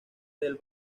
del